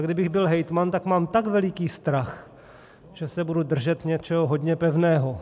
Kdybych byl hejtman, tak mám tak veliký strach, že se budu držet něčeho hodně pevného.